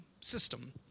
system